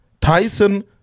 Tyson